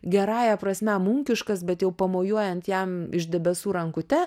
gerąja prasme munkiškas bet jau pamojuojant jam iš debesų rankute